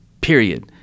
Period